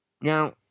Now